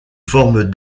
forme